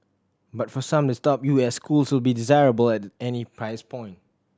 but for some the top U S schools will be desirable at any price point